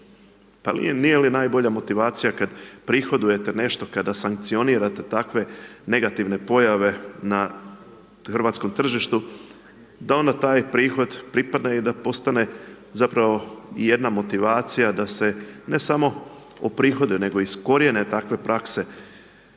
Pa nije li najbolja motivacija, kada prihodujete nešto, kada sankcionirate takve negativne pojave na hrvatskom tržištu, da onda taj prihod pripada i da postane zapravo i jedna motivacija da se ne samo prihoduje, nego iskrojene takve prakse